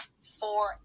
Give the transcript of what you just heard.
four